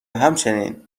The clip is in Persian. همچنین